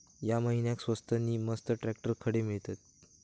या महिन्याक स्वस्त नी मस्त ट्रॅक्टर खडे मिळतीत?